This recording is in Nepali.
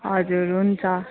हजुर हुन्छ